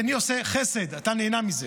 אני עושה חסד, אתה נהנה מזה.